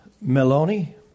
Meloni